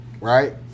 Right